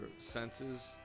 senses